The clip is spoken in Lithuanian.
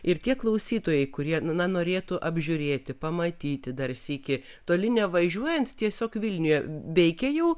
ir tie klausytojai kurie na norėtų apžiūrėti pamatyti dar sykį toli nevažiuojant tiesiog vilniuje veikia jau